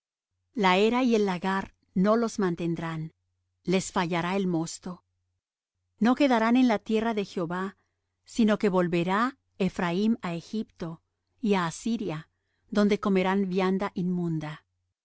la era y el lagar no los mantedrán les fallará el mosto no quedarán en la tierra de jehová sino que volverá ephraim á egipto y á asiria donde comerán vianda inmunda